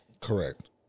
Correct